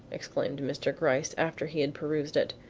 exclaimed mr. gryce, after he had perused it,